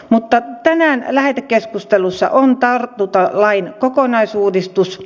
mutta tänään lähetekeskustelussa on tartuntatautilain kokonaisuudistus